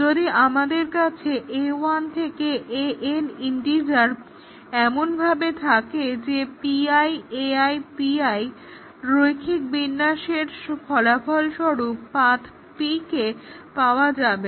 যদি আমাদের কাছে a1 থেকে an ইন্টিজার এমনভাবে থাকে যে pi ai pi রৈখিক বিন্যাসের ফলাফলস্বরূপ পাথ্ p কে পাওয়া যাবে